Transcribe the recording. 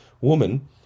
woman